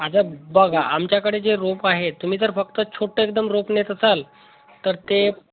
आता बघा आमच्याकडे जे रोप आहे तुम्ही जर फक्त छोटं एकदम रोप नेत असाल तर ते